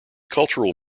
cultural